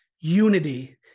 Unity